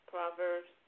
Proverbs